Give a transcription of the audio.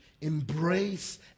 embrace